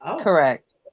Correct